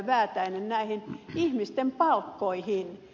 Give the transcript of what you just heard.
väätäinen näihin ihmisten palkkoihin